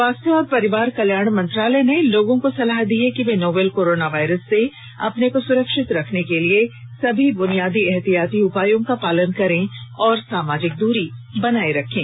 स्वास्थ्य और परिवार कल्याण मंत्रालय ने लोगों को सलाह दी है कि वे नोवल कोरोना वायरस से अपने को सुरक्षित रखने के लिए सभी बुनियादी एहतियाती उपायों का पालन करें और सामाजिक दूरी बनाए रखें